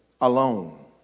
alone